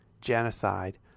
genocide